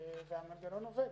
והמנגנון עובד.